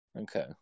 Okay